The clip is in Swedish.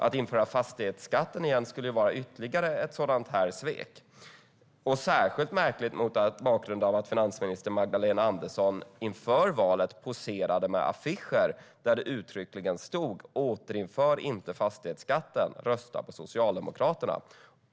Att införa fastighetsskatten igen skulle vara ytterligare ett sådant svek - och särskilt märkligt mot bakgrund av att Magdalena Andersson inför valet poserade på affischer där det uttryckligen stod: Återinför inte fastighetsskatten! Rösta på Socialdemokraterna!